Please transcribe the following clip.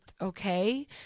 okay